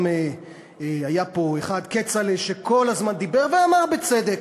גם היה פה אחד, כצל'ה, שכל הזמן דיבר ואמר, בצדק,